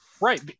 Right